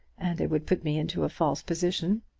and it would put me into a false position.